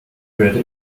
würde